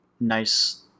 nice